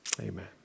Amen